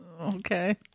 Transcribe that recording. Okay